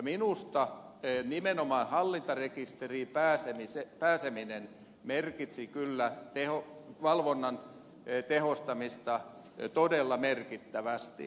minusta nimenomaan hallintarekisterin tietoihin pääseminen merkitsi kyllä valvonnan tehostamista todella merkittävästi